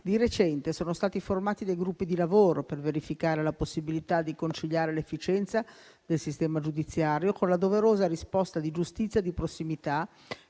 Di recente, sono stati formati dei gruppi di lavoro per verificare la possibilità di conciliare l'efficienza del sistema giudiziario con la doverosa risposta di giustizia di prossimità